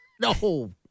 No